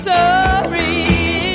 Sorry